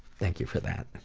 thank you for that.